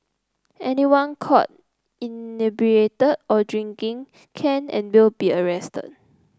anyone caught inebriated or drinking can and will be arrested